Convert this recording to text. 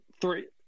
Three